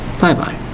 Bye-bye